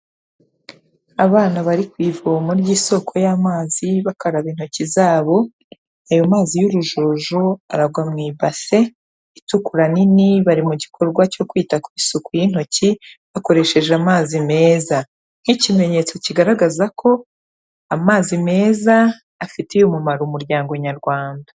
Abana bari ku ivomo ry'isoko y'amazi bakaraba intoki zabo, ayo mazi y'urujojo aragwa mu ibase itukura nini, bari mu gikorwa cyo kwita ku isuku y'intoki, bakoresheje amazi meza nk'ikimenyetso kigaragaza ko amazi meza afitiye umumaro umuryango nyarwanda.